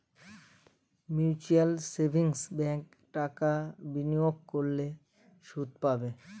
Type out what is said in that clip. mutual savings ব্যাঙ্কে টাকা বিনিয়োগ করলে সুদ পাবে